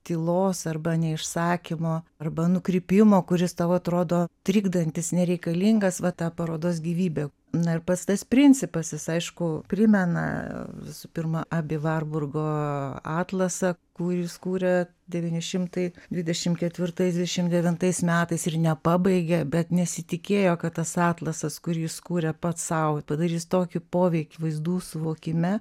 tylos arba neišsakymo arba nukrypimo kuris tau atrodo trikdantis nereikalingas va ta parodos gyvybė na ir pats tas principas jis aišku primena visų pirma abi varburgo atlasą kur jis kūrė devyni šimtai dvidešimt ketvirtais dvidešimt devintais metais ir nepabaigė bet nesitikėjo kad tas atlasas kurį jis kūrė pats sau padarys tokį poveikį vaizdų suvokime